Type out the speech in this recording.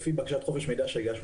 לפי בקשת חופש מידע שהגשנו,